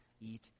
eat